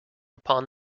upon